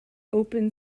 open